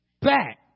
back